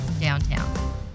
downtown